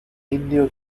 indio